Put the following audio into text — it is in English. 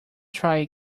try